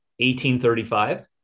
1835